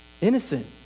innocent